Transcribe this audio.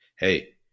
hey